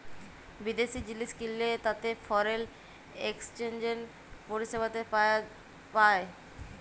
বিদ্যাশি জিলিস কিললে তাতে ফরেল একসচ্যানেজ পরিসেবাতে পায়